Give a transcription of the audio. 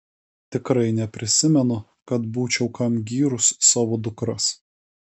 tikrai neprisimenu kad būčiau kam gyrus savo dukras